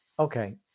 Okay